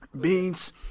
Beans